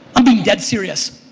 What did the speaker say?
i'm being dead serious.